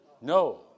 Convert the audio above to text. No